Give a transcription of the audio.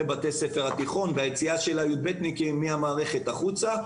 לבתי ספר התיכון והיציאה של ה-י"בתניקים מהמערכת החוצה.